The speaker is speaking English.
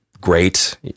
great